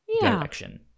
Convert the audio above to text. direction